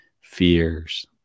fears